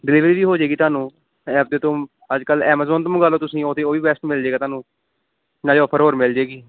delivery ਵੀ ਹੋ ਜਾਏਗੀ ਤੁਹਾਨੂੰ ਐਪ ਦੇ ਤੋਂ ਅੱਜ ਕੱਲ੍ਹ ਐਮਾਜੋਨ ਤੋਂ ਮੰਗਾ ਲਓ ਤੁਸੀਂ ਉਹ ਅਤੇ ਉਹ ਵੀ ਬੈਸਟ ਮਿਲ ਜਾਏਗਾ ਤੁਹਾਨੂੰ ਨਾਲੇ ਔਫਰ ਹੋਰ ਮਿਲ ਜਾਏਗੀ